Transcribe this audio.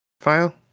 File